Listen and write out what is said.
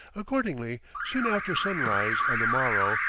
accordingly, soon after sunrise on the morrow,